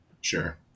Sure